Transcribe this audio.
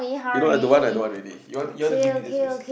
you know I don't want I don't want already you want you want to give me this face